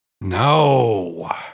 No